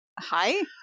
Hi